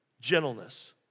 gentleness